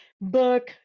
book